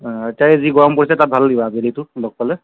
এতিয়া যি গৰম পৰিছে তাত ভাল লাগিব আবেলিটো লগ পালে